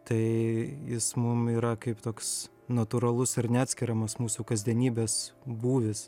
tai jis mum yra kaip toks natūralus ir neatskiriamas mūsų kasdienybės būvis